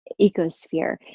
ecosphere